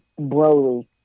Broly